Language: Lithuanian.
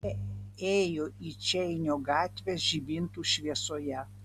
jie ėjo į čeinio gatvę žibintų šviesoje